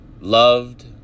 loved